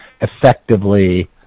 effectively